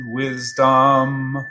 wisdom